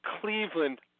Cleveland